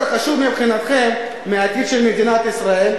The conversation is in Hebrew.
חשוב מבחינתכם מהעתיד של מדינת ישראל,